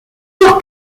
grand